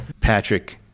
Patrick